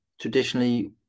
traditionally